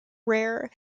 rare